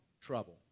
trouble